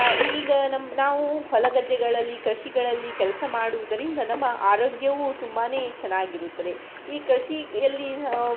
ಈಗ ನಮ್ಮ ನಾವು ಹೊಲ ಗದ್ದೆಗಳಲ್ಲಿ ಕೃಷಿಗಳಲ್ಲಿ ಕೆಲಸ ಮಾಡುದರಿಂದ ನಮ್ಮ ಆರೋಗ್ಯವು ತುಂಬಾ ಚೆನ್ನಾಗಿರುತ್ತದೆ ಈ ಕೃಷಿಯಲ್ಲಿ